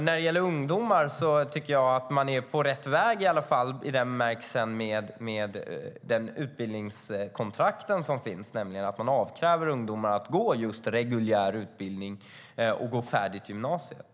När det gäller ungdomar tycker jag att man är på rätt väg i den bemärkelse som rör de utbildningskontrakt som finns, nämligen att man avkräver ungdomar att gå reguljär utbildning och gå färdigt gymnasiet.